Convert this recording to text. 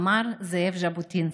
אמר זאב ז'בוטינסקי.